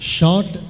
Short